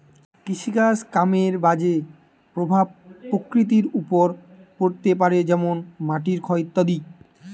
কৃষিকাজ কামের বাজে প্রভাব প্রকৃতির ওপর পড়তে পারে যেমন মাটির ক্ষয় ইত্যাদি